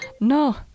No